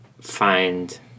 find